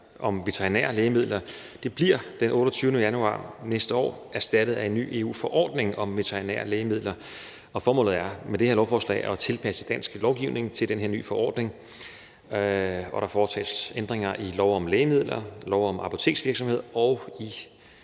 om veterinære lægemidler bliver den 28. januar næste år erstattet af en ny EU-forordning om veterinære lægemidler, og formålet med det her lovforslag er at tilpasse dansk lovgivning til den her nye forordning, hvor der foretages ændringer i lov om lægemidler, i lov om apoteksvirksomhed og i